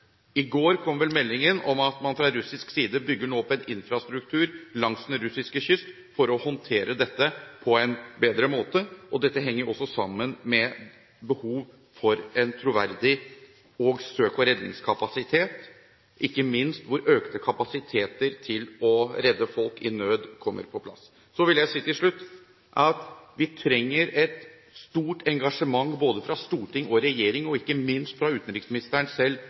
I går kom meldingen om at man fra russisk side bygger opp en infrastruktur langs den russiske kyst for å håndtere dette på en bedre måte. Dette henger også sammen med behovet for en troverdig søks- og redningskapasitet, hvor ikke minst økt kapasitet til å redde folk i nød kommer på plass. Så vil jeg til slutt si at vi trenger et stort engasjement fra storting og regjering – og ikke minst fra utenriksministeren selv